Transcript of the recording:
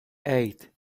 eight